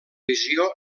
visió